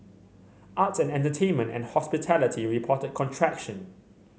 arts and entertainment and hospitality reported contraction